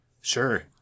Sure